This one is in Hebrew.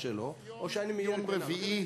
היום יום רביעי,